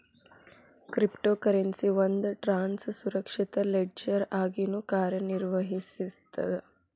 crypto currency ಒಂದ್ ಟ್ರಾನ್ಸ್ನ ಸುರಕ್ಷಿತ ಲೆಡ್ಜರ್ ಆಗಿನೂ ಕಾರ್ಯನಿರ್ವಹಿಸ್ತದ